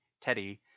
Teddy